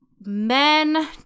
men